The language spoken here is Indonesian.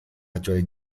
kecuali